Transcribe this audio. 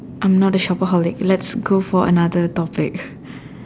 I'm not a shopaholic let's go for another topic